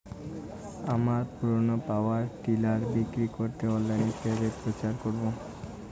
আমার পুরনো power tiller বিক্রি করাতে অনলাইনে কিভাবে প্রচার করব?